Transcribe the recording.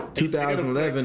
2011